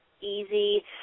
easy